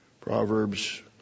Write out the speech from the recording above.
Proverbs